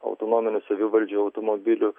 autonominių savivaldžiai automobilių